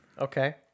Okay